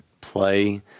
play